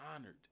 honored